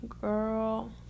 girl